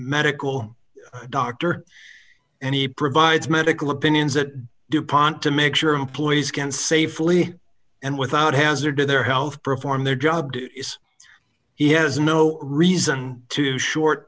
medical doctor and he provides medical opinions that dupont to make sure employees can safely and without hazard to their health perform their job duties he has no reason to short